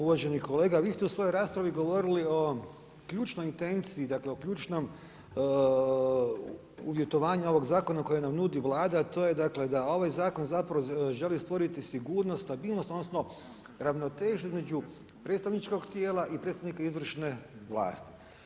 Uvaženi kolega, vi ste u svojoj raspravi govorili o ključnoj intenciji, dakle o ključnom uvjetovanju ovoga zakona koji nam nudi Vlada a to je dakle da ovaj zakon zapravo želi stvoriti sigurnost, stabilnost, odnosno ravnotežu između predstavničkog tijela i predstavnika izvršne vlasti.